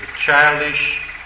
childish